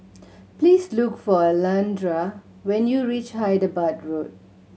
please look for Alondra when you reach Hyderabad Road